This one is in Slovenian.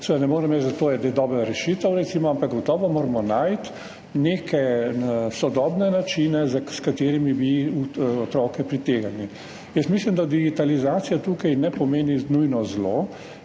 to dobra rešitev, ampak gotovo moramo najti neke sodobne načine, s katerimi bi otroke pritegnili. Mislim, da digitalizacija tukaj ne pomeni nujno zla,